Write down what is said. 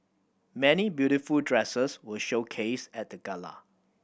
many beautiful dresses were showcased at the gala